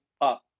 up